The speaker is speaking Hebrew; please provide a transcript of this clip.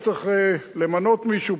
אתה צריך למנות מישהו,